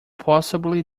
possibly